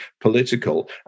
political